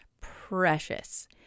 precious